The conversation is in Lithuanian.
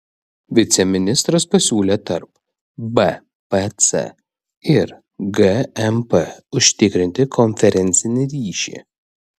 viceministras pasiūlė tarp bpc ir gmp užtikrinti konferencinį ryšį